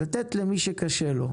לתת למי שקשה לו,